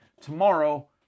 tomorrow